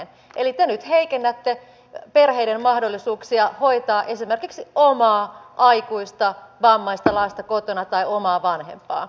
eli te nyt heikennätte perheiden mahdollisuuksia hoitaa esimerkiksi omaa aikuista vammaista lasta kotona tai omaa vanhempaa